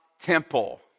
temple